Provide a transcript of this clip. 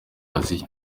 aziya